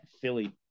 Philly